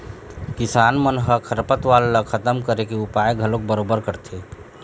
किसान मन ह खरपतवार ल खतम करे के उपाय घलोक बरोबर करथे